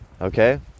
okay